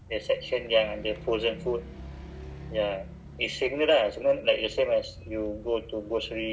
that all means but the that means the so called the map kan is fixed ah